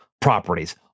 properties